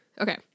Okay